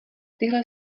tyhle